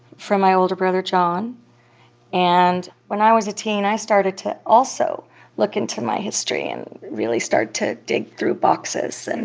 from my older brother john and when i was a teen, i started to also look into my history and really start to dig through boxes. and